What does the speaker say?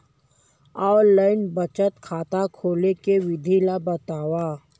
Online बचत खाता खोले के विधि ला बतावव?